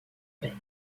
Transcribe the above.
père